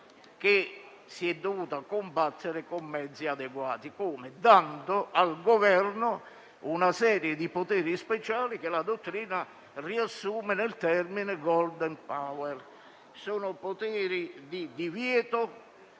che si è dovuto combattere con mezzi adeguati. Come? Dando al Governo una serie di poteri speciali che la dottrina riassume nel termine *golden power.* Sono poteri di divieto